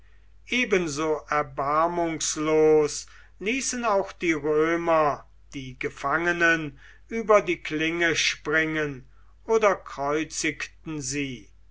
ebenso erbarmungslos ließen auch die römer die gefangenen über die klinge springen oder kreuzigten sie